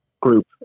group